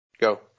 Go